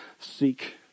seek